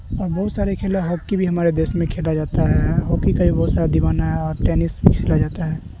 اور بہت سارے کھیل ہے ہاکی بھی ہمارے دیش میں کھیلا جاتا ہے ہاکی کا بھی بہت سارا دیوانہ ہے اور ٹینس بھی کھیلا جاتا ہے